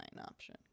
option